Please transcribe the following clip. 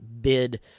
bid